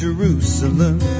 Jerusalem